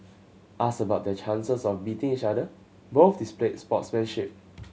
asked about their chances of beating each other both displayed sportsmanship